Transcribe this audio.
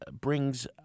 brings